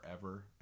forever